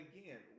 Again